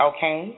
Okay